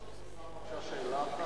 אדוני היושב-ראש, אפשר לשאול שאלה אחת?